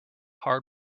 hard